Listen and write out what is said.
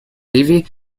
ливии